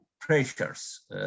pressures